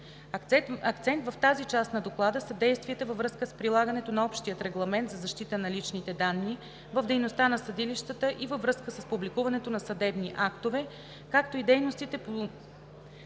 Акцент в тази част на Доклада са действията във връзка с прилагането на Общия регламент за защита на личните данни в дейността на съдилищата и във връзка с публикуването на съдебни актове, както и дейностите по